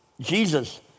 Jesus